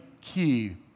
key